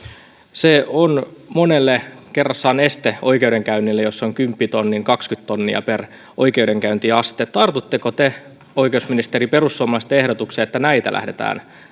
se on monelle kerrassaan oikeudenkäynnin este jos maksaa kymppitonnin kaksikymmentä tonnia per oikeudenkäyntiaste tartutteko te oikeusministeri perussuomalaisten ehdotukseen että näitä lähdetään